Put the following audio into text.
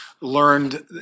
learned